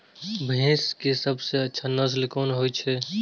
भैंस के सबसे अच्छा नस्ल कोन होय छे?